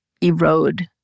erode